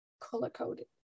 color-coded